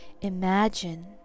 imagine